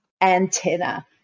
antenna